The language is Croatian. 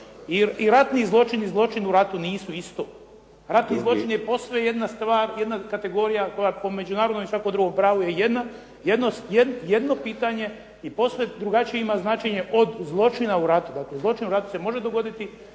ratni zločin i zločin u ratu nisu isto. … /Govornik se ne razumije./ … postoji jedna stvar jedna kategorija koja po međunarodno i svako drugo pravo je jedno pitanje i posve drugačije ima značenje od zločina u ratu. Dakle, zločin u ratu se može dogoditi